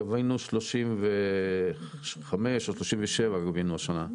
גבינו 35 או 37 גבינו השנה.